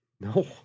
No